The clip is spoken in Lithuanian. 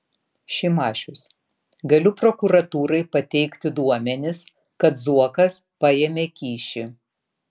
šimašius galiu prokuratūrai pateikti duomenis kad zuokas paėmė kyšį